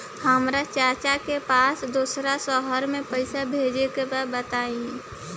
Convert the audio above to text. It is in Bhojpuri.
हमरा चाचा के पास दोसरा शहर में पईसा भेजे के बा बताई?